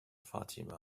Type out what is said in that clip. fatima